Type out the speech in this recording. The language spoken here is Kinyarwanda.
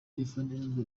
tiffany